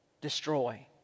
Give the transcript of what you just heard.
destroy